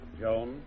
Joan